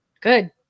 Good